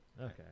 Okay